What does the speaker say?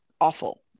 awful